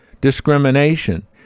discrimination